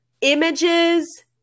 images